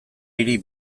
hiri